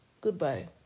Goodbye